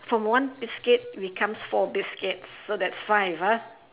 from one biscuit becomes four biscuit so that's five ah